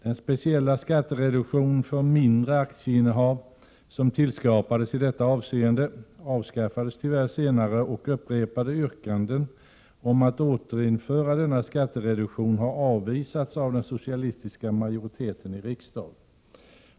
Den speciella skattereduktion för mindre aktieinnehav som tillskapades i detta avseende avskaffades tyvärr senare, och upprepade yrkanden om att återinföra denna skattereduktion har avvisats av den socialistiska majoriteten i riksdagen.